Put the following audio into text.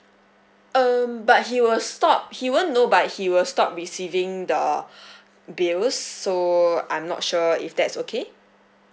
um but he will stop he won't know but he will stop receiving the bills so I'm not sure if that's okay